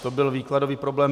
To byl výkladový problém.